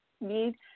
Need